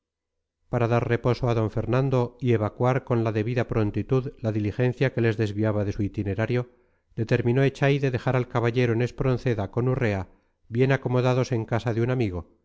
para dar reposo a d fernando y evacuar con la debida prontitud la diligencia que les desviaba de su itinerario determinó echaide dejar al caballero en espronceda con urrea bien acomodados en casa de un amigo